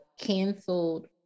canceled